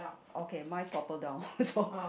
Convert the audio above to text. okay mine topple down so